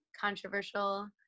controversial